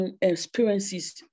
experiences